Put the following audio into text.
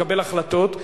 לקבל החלטות,